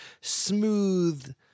smooth –